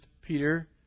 Peter